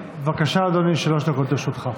בבקשה, אדוני, שלוש דקות לרשותך.